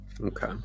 okay